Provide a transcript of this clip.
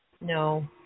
No